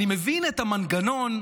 אני מבין את המנגנון,